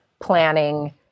planning